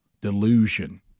delusion